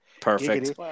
Perfect